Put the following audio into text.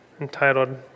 entitled